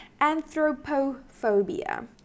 anthropophobia